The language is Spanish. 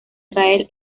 israel